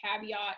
caveat